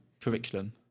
Curriculum